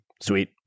Sweet